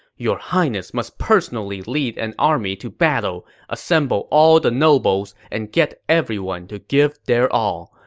your highness must personally lead an army to battle, assemble all the nobles, and get everyone to give their all.